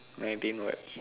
nineteen what